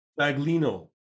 Baglino